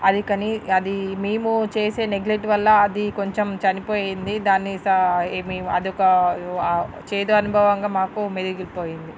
అది కని అది మీము చేసే నెగ్లెట్ వల్ల అది కొంచెం చనిపోయింది దాన్ని సా యిమి అదొక చేదు అనుభవంగా మాకు మిగిలిపోయింది